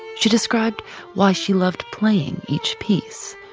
she described why she loved playing each piece.